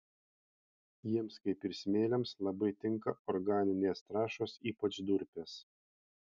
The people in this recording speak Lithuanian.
jiems kaip ir smėliams labai tinka organinės trąšos ypač durpės